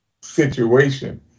situation